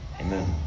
Amen